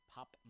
Pop